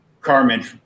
Carmen